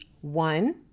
One